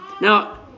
Now